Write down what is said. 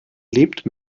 lebt